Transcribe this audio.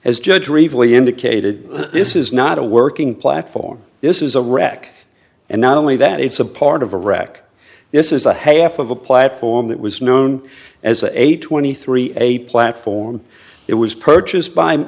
as judge or evenly indicated this is not a working platform this is a rock and not only that it's a part of iraq this is a half of a platform that was known as a twenty three a platform it was purchased by